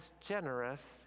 generous